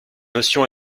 notion